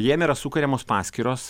jiem yra sukuriamos paskyros